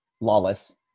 Lawless